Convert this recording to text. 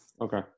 Okay